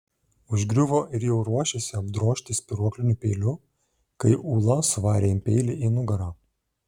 užgriuvo ir jau ruošėsi apdrožti spyruokliniu peiliu kai ula suvarė jam peilį į nugarą